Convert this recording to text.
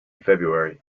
february